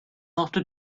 after